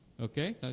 Okay